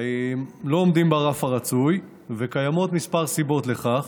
לא עומדים ברף הרצוי, וקיימות כמה סיבות לכך.